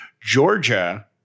Georgia